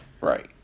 right